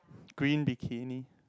green bikini